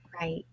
Right